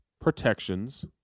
protections